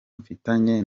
mfitanye